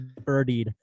birdied